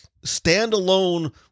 standalone